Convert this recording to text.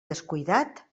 descuidat